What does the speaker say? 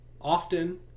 often